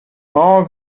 are